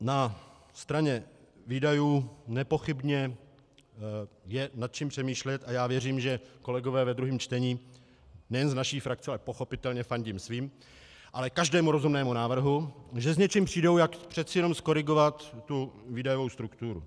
Na straně výdajů nepochybně je nad čím přemýšlet a já věřím, že kolegové ve druhém čtení nejen z naší frakce, ale pochopitelně fandím svým, ale také každému rozumnému návrhu, že s něčím přijdou, jak přece jenom zkorigovat výdajovou strukturu.